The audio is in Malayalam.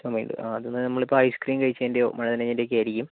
ചുമയുണ്ട് ആ ഇത് ഇന്ന് നമ്മൾ ഇപ്പോൾ ഐസ് ക്രീം കഴിച്ചതിൻ്റെയൊ മഴ നനഞ്ഞതിൻ്റെയൊക്കെയോ ആയിരിക്കും